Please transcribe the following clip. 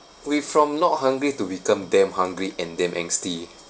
we from not hungry to become damn hungry and damn angsty